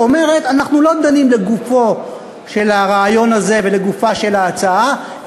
אומרת: אנחנו לא דנים לגופו של הרעיון הזה ולגופה של ההצעה,